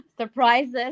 Surprises